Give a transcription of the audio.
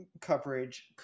Coverage